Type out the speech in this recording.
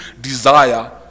desire